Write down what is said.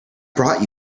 brought